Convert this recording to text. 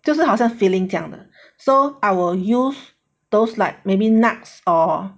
就是好像 filling 这样的 so I will use those like maybe nuts or